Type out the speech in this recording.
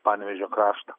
panevėžio kraštą